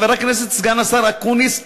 חבר הכנסת סגן השר אקוניס,